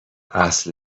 اصل